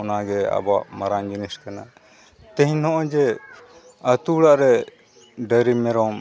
ᱚᱱᱟ ᱜᱮ ᱟᱵᱚᱣᱟᱜ ᱢᱟᱨᱟᱝ ᱡᱤᱱᱤᱥ ᱠᱟᱱᱟ ᱛᱮᱦᱮᱧ ᱱᱚᱜᱼᱚᱸᱭ ᱡᱮ ᱟᱛᱳ ᱚᱲᱟᱜ ᱨᱮ ᱰᱟᱹᱝᱨᱤ ᱢᱮᱨᱚᱢ